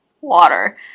water